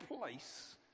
place